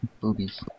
Boobies